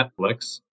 Netflix